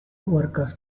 workers